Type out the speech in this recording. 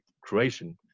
creation